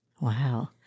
Wow